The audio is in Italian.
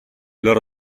loro